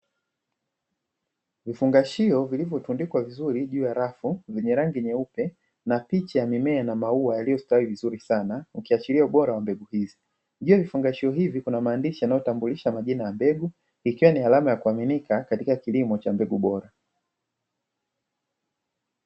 Vifungashio vilivyotundikwa vizuri juu ya shelfu zenye rangi nyeupe na picha ya mimea na maua yaliyostawi vizuri sana, yakiashiria ubora wa mbegu hizi. Juu ya vifungashio hivi kuna maandishi yanayotambulisha majina ya mbegu ikiwa ni alama ya kuaminika katika kilimo cha mbegu bora.